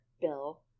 Bill